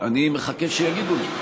אני מחכה שיגידו לי.